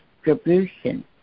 distribution